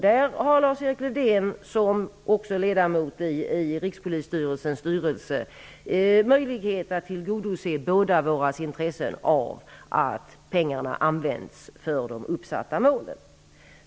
Där har Lars-Erik Lövdén som ledamot i Rikspolisstyrelsens styrelse möjlighet att tillgodose bådas våra intressen av att pengarna används för de uppsatta målen.